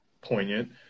poignant